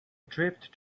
drift